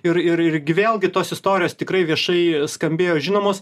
ir ir irgi vėlgi tos istorijos tikrai viešai skambėjo žinomos